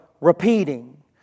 repeating